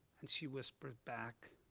and she whispers back,